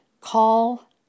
call